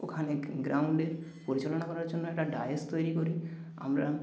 ওখানে গ্রাউণ্ডের পরিচালনা করার জন্য একটা ডায়াস তৈরি করি আমরা